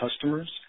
customers